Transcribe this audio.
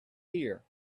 ear